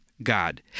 God